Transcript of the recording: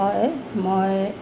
হয় মই